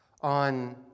on